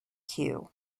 queue